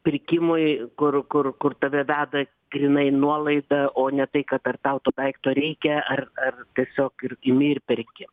pirkimui kur kur kur tave veda grynai nuolaida o ne tai kad ar tau to daikto reikia ar ar tiesiog imi ir perki